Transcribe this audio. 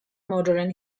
modern